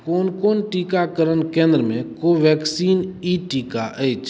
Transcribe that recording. कोन कोन टीकाकरण केन्द्रमे कोवेक्सिन ई टीका अछि